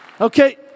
Okay